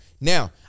Now